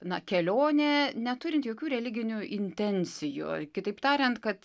na kelionė neturint jokių religinių intencijų kitaip tariant kad